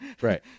Right